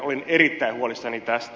olen erittäin huolissani tästä